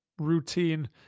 routine